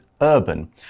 urban